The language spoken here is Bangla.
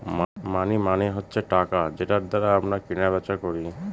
মানি মানে হচ্ছে টাকা যেটার দ্বারা আমরা কেনা বেচা করি